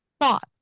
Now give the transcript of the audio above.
thought